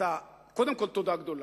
קודם כול תודה גדולה,